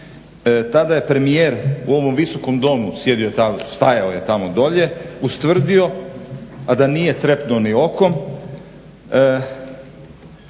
tada je premijer u ovom Visokom domu stajao je tamo dolje, ustvrdio a da nije trepnuo ni okom,